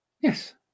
Yes